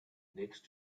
next